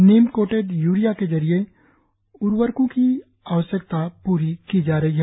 नीम लेपित यूरिया के जरिये उवर्रकों की आवश्यकता पूरी की जा रही है